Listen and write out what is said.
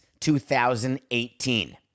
2018